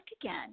again